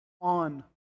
on